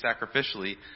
sacrificially